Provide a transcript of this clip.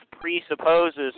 presupposes